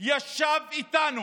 ישב איתנו,